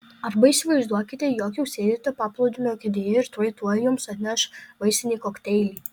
arba įsivaizduokite jog jau sėdite paplūdimio kėdėje ir tuoj tuoj jums atneš vaisinį kokteilį